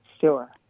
Sure